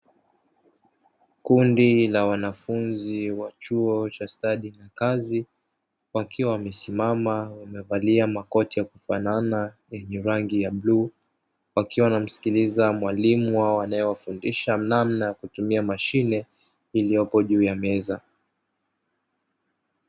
Kundi la wanafunzi wa chuo cha stadi za kazi wakiwa wamesimama wamevalia makoti ya kufanana yenye rangi ya bluu, wakiwa wanamsikiliza mwalimu wao anayewafundisha namna ya kutumia mashine iliyopo juu ya meza.